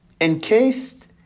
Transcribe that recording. Encased